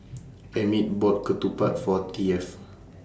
Emmit bought Ketupat For Taft